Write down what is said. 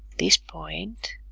this point